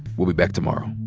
we'll be back tomorrow